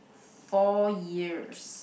four years